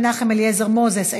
חבר הכנסת מנחם אליעזר מוזס,